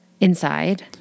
inside